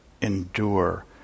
endure